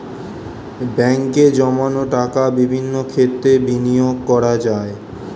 ব্যাঙ্কে জমানো টাকা বিভিন্ন ক্ষেত্রে বিনিয়োগ করা যায়